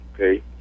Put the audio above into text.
okay